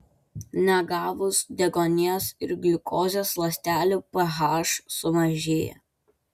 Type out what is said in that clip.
negavus deguonies ir gliukozės ląstelių ph sumažėja